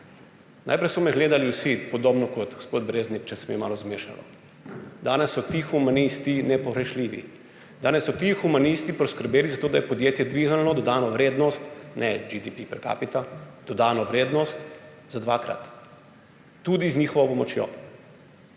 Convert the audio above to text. Najprej so me gledali vsi, podobno kot gospod Breznik, če se mi je malo zmešalo. Danes so ti humanisti nepogrešljivi. Danes so ti humanisti poskrbeli zato, da je podjetje dvignilo dodano vrednost, ne GDP per capita, dodano vrednost za dvakrat, tudi z njihovo pomočjo.